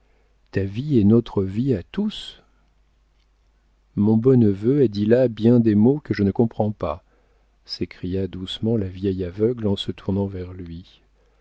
ta vie est notre vie à tous mon beau neveu a dit là bien des mots que je ne comprends pas s'écria doucement la vieille aveugle en se tournant vers lui